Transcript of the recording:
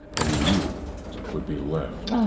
and you would be left,